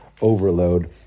overload